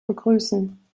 begrüßen